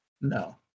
No